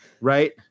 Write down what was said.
right